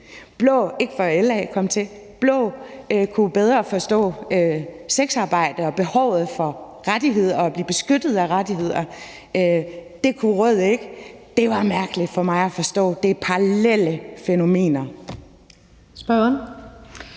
ikke før LA kom til. Blå blok kunne bedre forstå det om sexarbejde og behovet for rettigheder og det at blive beskyttet af rettigheder; det kunne rød blok ikke. Det var svært for mig at forstå. Det er parallelle fænomener. Kl.